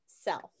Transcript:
self